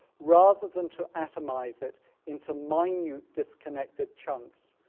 rather than to atomise it into minute disconnected chunks,